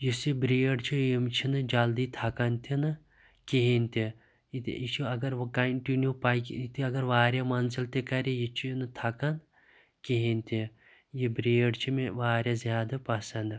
یُس یہِ بریر چھ أمس چھِنہِ جَلدی تھکان تہِ نہِ کہینۍ تہِ یہِ چھِ اَگَر کَنٹِنیو پَکہِ یہِ تہِ اَگَر واریاہ مَنزِل تہِ کَڑِ یہِ چھنہِ تھکان کہینۍ تہِ یہِ بریر چھِ مےٚ وارِیاہ زیادٕ پَسنٛد